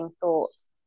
thoughts